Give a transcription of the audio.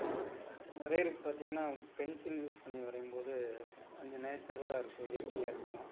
வரையிறதுக்கு பார்த்திங்கன்னா pencil use பண்ணி வரையும் போது கொஞ்சம் நேச்சுரலாக இருக்கும் இயற்கையாக இருக்கும்